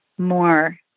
more